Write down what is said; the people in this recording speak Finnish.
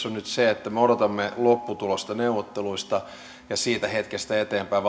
on nyt se että me odotamme lopputulosta neuvotteluista ja siitä hetkestä eteenpäin